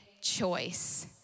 choice